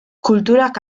kulturak